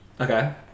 Okay